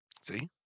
See